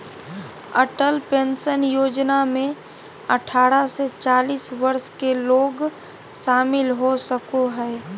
Atal pension योजना में अठारह से चालीस वर्ष के लोग शामिल हो सको हइ